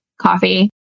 coffee